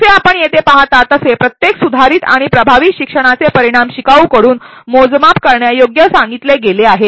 जसे आपण येथे पहाता तसे प्रत्येक सुधारित आणि प्रभावी शिक्षणाचे परिणाम शिकाऊकडून मोजमाप करण्यायोग्य सांगितले गेले आहेत